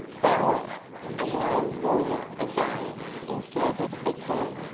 go on and the old lawyer again inserted a key.